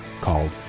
called